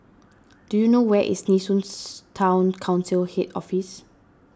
do you know where is Nee Soon Town Council Head Office